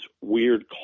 weird